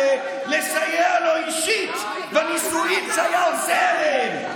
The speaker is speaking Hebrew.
לסייע לו אישית בניסויים שהיה עושה עליהם.